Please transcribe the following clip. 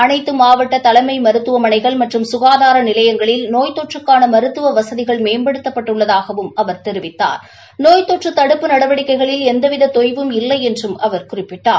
அனைத்து மாவட்ட தலைம் மருத்துவமனைகள் மற்றும் சுகாதார நிலையங்களில் நோய் தொற்றுக்கான மருத்துவ வசதிகள் மேம்படுத்தப்பட்டுள்ளதாகவும் அவர் தெரிவித்தார் நோய் தொற்று தடுப்பு நடவடிக்கைகளில் எந்தவித தொய்வும் இல்லை என்றும் அவர் குறிப்பிட்டார்